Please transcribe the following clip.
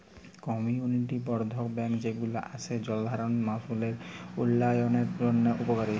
community বর্ধল bank যে গুলা আসে জলসাধারল মালুষের উল্যয়নের জন্হে উপকারী